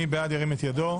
מי בעד ירים את ידו.